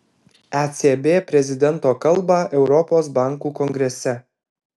ecb prezidento kalbą europos bankų kongrese